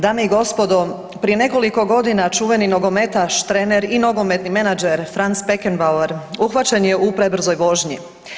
Dame i gospodo, prije nekoliko godina čuveni nogometaš, trener i nogometni menadžer Franz Beckenbauer uhvaćen je u prebrzoj vožnji.